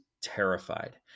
terrified